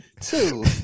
Two